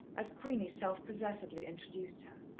as queenie self-possessedly introduced her.